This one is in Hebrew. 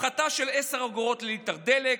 הפחתה של עשר אגורות לליטר דלק,